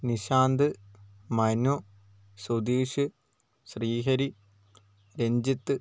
Nishant Manu Sudheesh Sreehari Ranjith